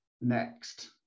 Next